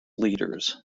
leaders